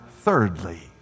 thirdly